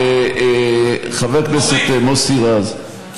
מה אתה תובע, חבר הכנסת מוסי רז,